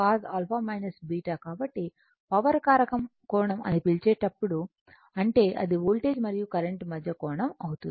కాబట్టి పవర్ కారకం కోణం అని పిలిచేటప్పుడు అంటే అది వోల్టేజ్ మరియు కరెంట్ మధ్య కోణం అవుతుంది